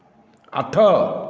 ଆଠ